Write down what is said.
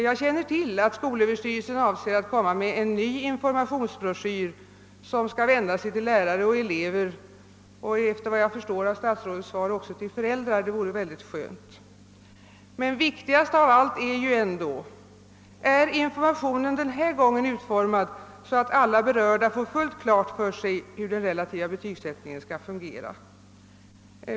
Jag känner till att skolöverstyrelsen avser att komma med en ny informationsbroschyr, som skall vända sig till lärare och elever och — vad jag förstår av statsrådets svar — också till föräldrar. Det vore mycket skönt. Viktigast av allt är ändå: Är informationen denna gång utformad så att alla berörda får fullt klart för sig hur den relativa betygsättningen skall fungera?